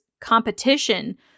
competition